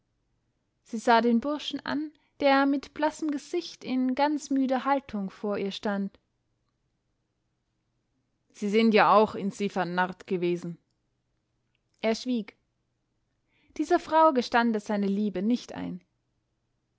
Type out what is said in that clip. sie sah den burschen an der mit blassem gesicht in ganz müder haltung vor ihr stand sie sind ja auch in sie vernarrt gewesen er schwieg dieser frau gestand er seine liebe nicht ein